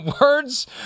words